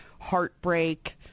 heartbreak